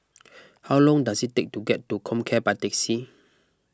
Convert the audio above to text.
how long does it take to get to Comcare by taxi